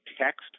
text